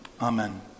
amen